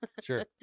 sure